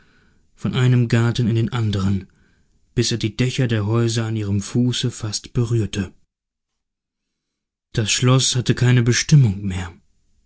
von einem garten in den anderen bis er die dächer der häuser an ihrem fuße fast berührte das schloß hatte keine bestimmung mehr